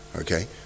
okay